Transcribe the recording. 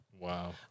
Wow